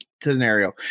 scenario